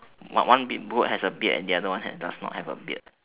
one one big goat has a beard and the other one has does not have a beard